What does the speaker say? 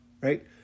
right